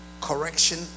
correction